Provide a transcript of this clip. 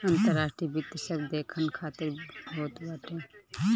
अंतर्राष्ट्रीय वित्त सब देसन खातिर होत बाटे